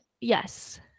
Yes